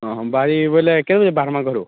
ହଁ ହଁ ବାହାରି ବଲେ କେତେ ବଜେ ବାହାରିମା ଘରୁ